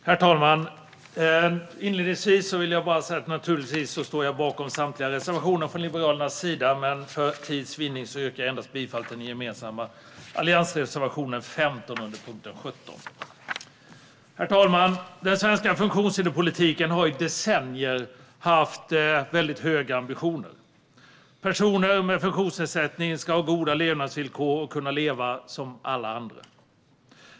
Herr talman! Inledningsvis vill jag säga att jag naturligtvis står bakom samtliga reservationer från Liberalernas sida, men för tids vinnande yrkar jag endast bifall till den gemensamma alliansreservationen 15 under punkten 17. Herr talman! Den svenska funktionshinderspolitiken har i decennier haft väldigt höga ambitioner. Personer med funktionsnedsättning ska ha goda levnadsvillkor och kunna leva som alla andra.